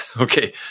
Okay